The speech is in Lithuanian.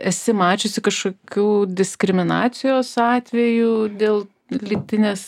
esi mačiusi kažkokių diskriminacijos atvejų dėl lytinės